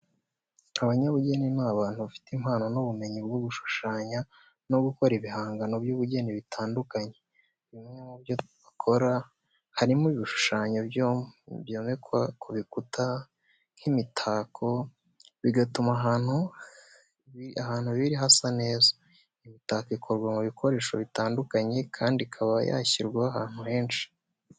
Abanyabugeni ni abantu bafite impano n'ubumenyi bwo gushushanya no gukora ibihangano by'ubugeni bitandukanye. Bimwe mu byo bakora harimo ibishushanyo byomekwa ku bikuta nk'imitako, bigatuma ahantu biri hasa neza. Imitako ikorwa mu bikoresho bitandukanye kandi ikaba yashyirwa ahantu henshi.